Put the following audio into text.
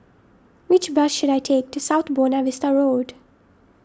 which bus should I take to South Buona Vista Road